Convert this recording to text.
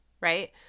right